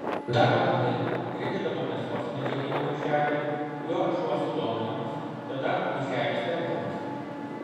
daroma taip pridedama mėsos į medžiaginį maišelį juo šuo sudominamas tada maišelis tempiamas